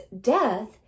death